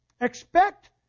Expect